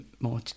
more